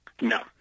No